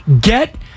Get